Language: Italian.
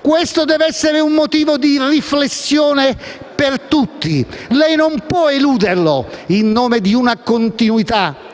Questo deve essere un motivo di riflessione per tutti; lei non può eluderlo in nome di una continuità